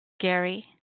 Gary